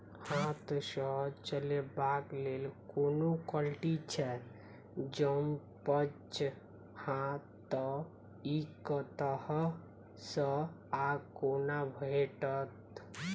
हाथ सऽ चलेबाक लेल कोनों कल्टी छै, जौंपच हाँ तऽ, इ कतह सऽ आ कोना भेटत?